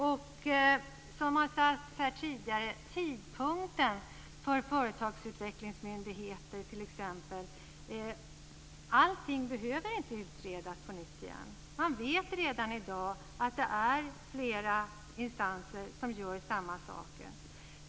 Som har sagts här tidigare när det gäller t.ex. tidpunkten för företagsutvecklingsmyndigheter, behöver inte allting utredas på nytt. Man vet redan i dag att det är flera instanser som gör samma saker.